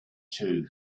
too